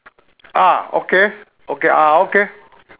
ah okay okay ah okay